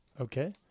okay